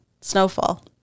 Snowfall